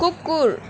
कुकुर